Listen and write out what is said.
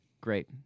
Great